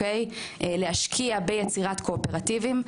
להשקיע ביצירת קואופרטיבים.